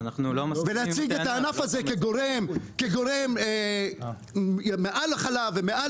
ולהציג את הענף הזה כגורם ליוקר המחיה מעל החלב ומעל